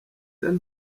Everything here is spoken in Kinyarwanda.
peter